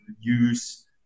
use